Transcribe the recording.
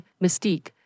Mystique